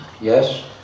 Yes